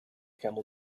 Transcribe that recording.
camel